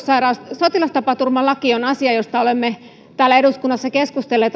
sotilastapaturmalaki on asia josta olemme täällä eduskunnassa keskustelleet